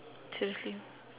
seriously